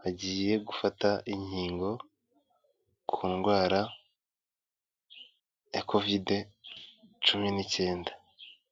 bagiye gufata inkingo ku ndwara ya Covid cumi n'icyenda.